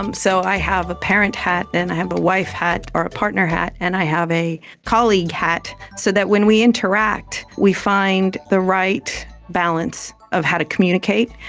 um so i have a parent hat and i have a wife hat or a partner hat and i have a colleague hat, so that when we interact we find the right balance of how to communicate.